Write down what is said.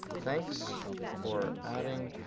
thanks for adding,